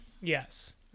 yes